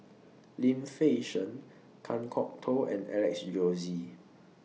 Lim Fei Shen Kan Kwok Toh and Alex Josey